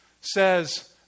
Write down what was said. says